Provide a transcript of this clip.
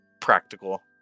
practical